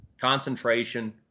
concentration